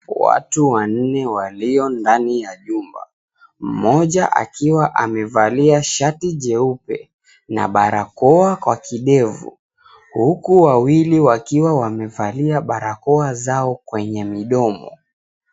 Watu wanne walio ndani ya jumba, mmoja akiwa amevalia shati jeupe na barakoa kwa kidevu huku wawili wakiwa wamevalia barakoa zao kwenye midomo.